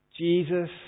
Jesus